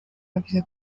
yavuze